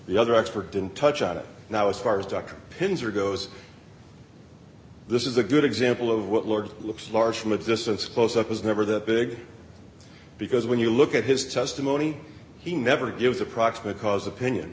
the other expert didn't touch on it now as far as dr pins are goes this is a good example of what lord looks large from a distance close up was never that big because when you look at his testimony he never gives a proximate cause opinion